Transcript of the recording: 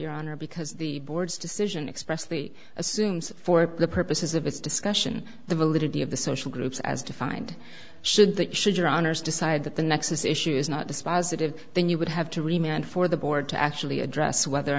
your honor because the board's decision expressly assumes that for the purposes of this discussion the validity of the social groups as defined should that should your honour's decide that the next issue is not dispositive then you would have to remain for the board to actually address whether or